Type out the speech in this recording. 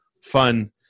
fun